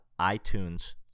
iTunes